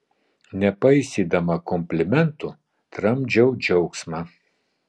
nepaisydama komplimentų tramdžiau džiaugsmą